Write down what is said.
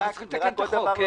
אנחנו צריכים לתקן את החוק.